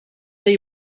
they